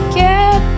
get